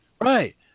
Right